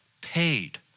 paid